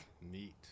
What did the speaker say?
Neat